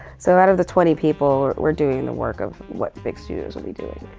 so out of the twenty people, we're doing the work of what big studios would be doing,